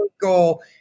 goal